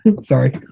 sorry